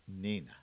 Nina